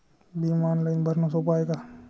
बिमा ऑनलाईन भरनं सोप हाय का?